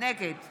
נגד